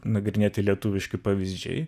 nagrinėti lietuviški pavyzdžiai